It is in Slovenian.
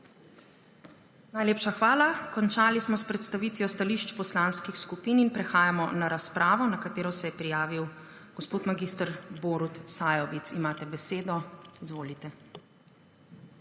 Najlepša hvala. Končali smo s predstavitvijo stališč poslanskih skupin in prehajamo na razpravo, na katero se je prijavil gospod mag. Borut Sajovic. Imate besedo, izvolite.